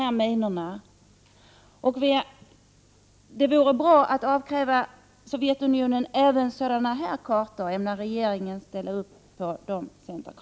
Ämnar regeringen ställa upp på centerkravet att Sovjetunionen skall avkrävas sådana här kartor?